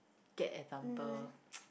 get example